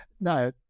no